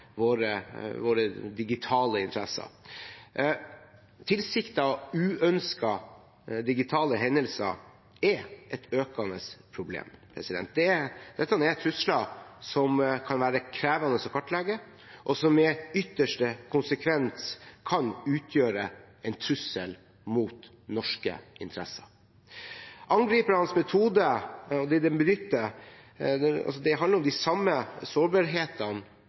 våre digitale interesser. Tilsiktede og uønskede digitale hendelser er et økende problem. Dette er trusler som kan være krevende å kartlegge, og som i ytterste konsekvens kan utgjøre en trussel mot norske interesser. Angripernes metode og det de benytter, handler om de samme sårbarhetene